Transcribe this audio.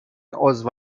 عضو